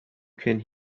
can